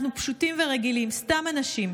אנחנו פשוטים ורגילים, סתם אנשים.